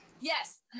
Yes